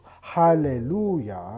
Hallelujah